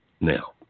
now